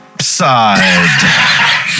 side